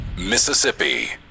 Mississippi